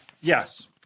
Yes